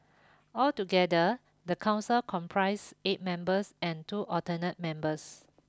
altogether the council comprise eight members and two alternate members